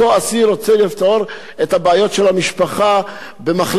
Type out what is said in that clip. הבעיות של המשפחה במחלקת הגבייה ברשות המקומית,